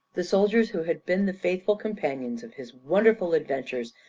the soldiers who had been the faithful companions of his wonderful adventures,